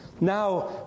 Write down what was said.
now